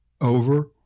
over